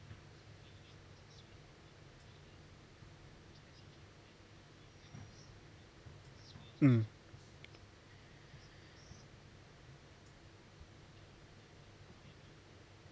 mm